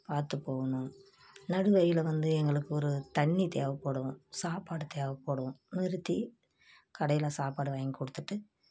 பார்த்து போகணும் நடுவழியில் வந்து எங்களுக்கு ஒரு தண்ணி தேவைப்படும் சாப்பாடு தேவைப்படும் நிறுத்தி கடையில் சாப்பாடு வாங்கி கொடுத்துட்டு